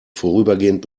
vorübergehend